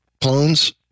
clones